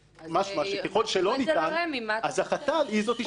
ככל שלא ניתן, החת"ל היא זו שקובעת.